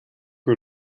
que